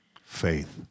Faith